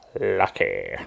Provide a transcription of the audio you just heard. Lucky